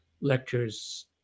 lectures